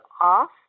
off